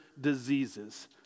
diseases